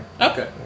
Okay